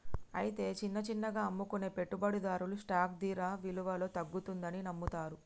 అయితే చిన్న చిన్నగా అమ్ముకునే పెట్టుబడిదారులు స్టాక్ ధర విలువలో తగ్గుతుందని నమ్ముతారు